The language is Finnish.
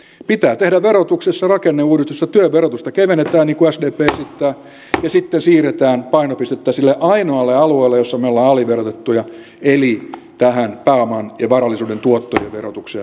verotuksessa pitää tehdä rakenneuudistus ja työn verotusta kevennetään niin kuin sdp esittää ja sitten siirretään painopistettä sille ainoalle alueelle jolla me olemme aliverotettuja eli tähän pääoman ja varallisuuden tuottojen verotukseen